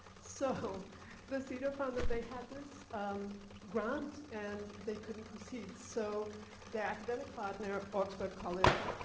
so the cedar found that they had this grant and they couldn't proceed. so their academic partner augsburg college